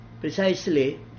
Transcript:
precisely